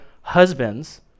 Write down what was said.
husbands